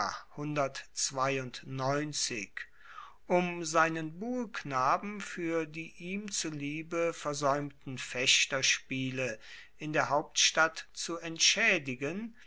um seinen buhlknaben fuer die ihm zuliebe versaeumten fechterspiele in der hauptstadt zu entschaedigen